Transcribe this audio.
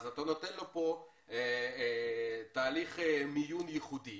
אז אתה נותן לו פה תהליך מיון ייחודי,